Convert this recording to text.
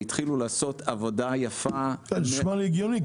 והתחילו לעשות עבודה יפה --- נשמע לי הגיוני,